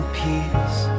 peace